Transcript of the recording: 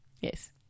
Yes